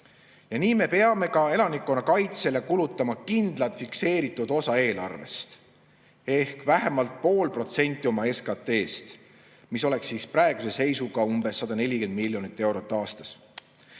Nii peame ka elanikkonnakaitsele kulutama kindlalt fikseeritud osa eelarvest ehk vähemalt pool protsenti oma SKT‑st. See oleks siis praeguse seisuga umbes 140 miljonit eurot aastas.